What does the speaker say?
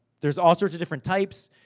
there's all sorts of different types.